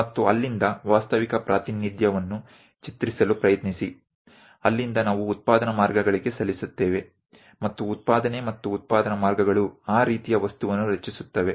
અને ત્યાંથી વાસ્તવિક આકાર દોરવાનો પ્રયાસ કરીએ છીએ ત્યાંથી વાસ્તવિક આકાર આપણે ઉત્પાદન લાઇન પર મોકલીયે છીએ અને ઉત્પાદન અને ઉત્પાદન લાઇન તે પ્રકારનો ઓબ્જેક્ટ બનાવે છે